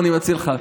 אני מציע לך,